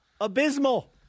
abysmal